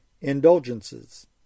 indulgences